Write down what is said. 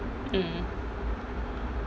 mm